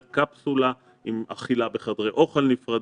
קפסולה עם אכילה בחדרי אוכל נפרדים,